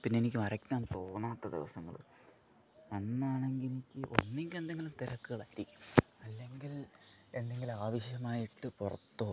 പിന്നെ എനിക്ക് വരയ്ക്കാൻ തോന്നാത്ത ദിവസങ്ങള് അന്നാണെങ്കിൽ എനിക്ക് ഒന്നെങ്കിൽ എന്തെങ്കിലും തിരക്കുകളായിരിക്കും അല്ലെങ്കിൽ എന്തെങ്കിലും ആവശ്യമായിട്ട് പുറത്തോ